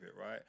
right